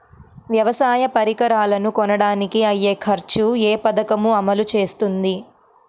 వ్యవసాయ పరికరాలను కొనడానికి అయ్యే ఖర్చు ఏ పదకము అమలు చేస్తుంది?